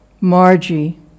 Margie